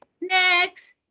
Next